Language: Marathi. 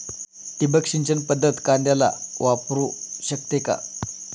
ठिबक सिंचन पद्धत कांद्याला वापरू शकते का?